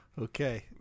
Okay